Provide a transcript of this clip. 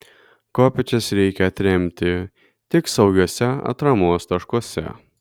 kopėčias reikia atremti tik saugiuose atramos taškuose